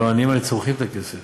הלוא העניים האלה צורכים את הכסף,